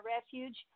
refuge